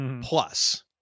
plus